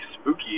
spooky